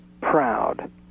proud